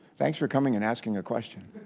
thanks for coming and asking a question.